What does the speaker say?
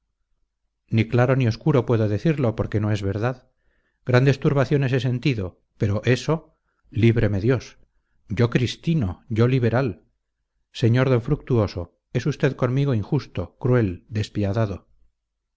ni claro ni oscuro puedo decirlo porque no es verdad grandes turbaciones he sentido pero eso líbreme dios yo cristino yo liberal sr d fructuoso es usted conmigo injusto cruel despiadado